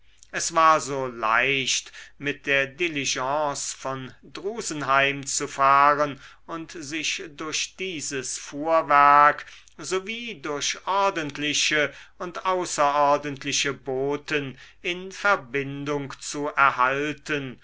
es war so leicht mit der diligence nach drusenheim zu fahren und sich durch dieses fuhrwerk sowie durch ordentliche und außerordentliche boten in verbindung zu erhalten